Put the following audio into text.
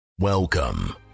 Welcome